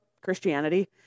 Christianity